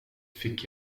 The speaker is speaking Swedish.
fick